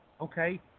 Okay